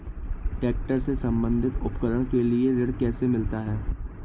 Tractor से संबंधित उपकरण के लिए ऋण कैसे मिलता है?